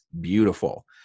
beautiful